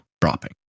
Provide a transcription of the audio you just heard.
dropping